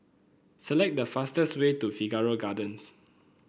select the fastest way to Figaro Gardens